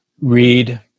Read